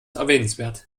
erwähnenswert